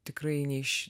tikrai ne iš